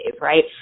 right